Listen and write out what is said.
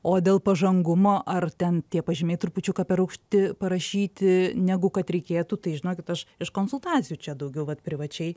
o dėl pažangumo ar ten tie pažymiai trupučiuką per aukšti parašyti negu kad reikėtų tai žinokit aš iš konsultacijų čia daugiau vat privačiai